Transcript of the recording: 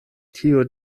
tiu